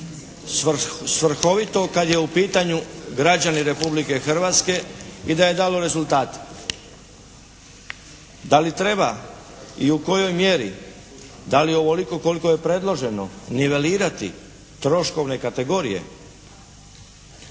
svrhovito kad je u pitanju građanin Republike Hrvatske i da je dalo rezultate. Da li treba i u kojoj mjeri, da li ovoliko koliko je predloženo nivelirati troškovne kategorije?